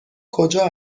کجا